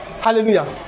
Hallelujah